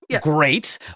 great